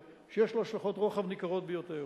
שיש לו השלכות רוחב ניכרות ביותר.